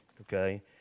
okay